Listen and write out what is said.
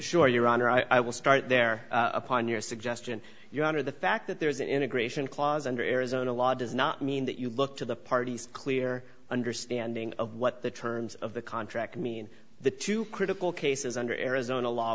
sure your honor i will start there upon your suggestion your honor the fact that there is an integration clause under arizona law does not mean that you look to the parties clear understanding of what the terms of the contract mean the two critical cases under arizona law